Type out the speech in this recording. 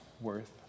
worth